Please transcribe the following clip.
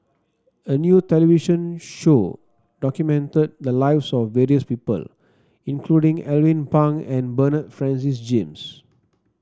a new television show documented the lives of various people including Alvin Pang and Bernard Francis James